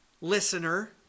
listener